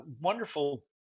wonderful